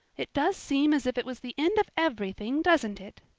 it does seem as if it was the end of everything, doesn't it?